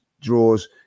draws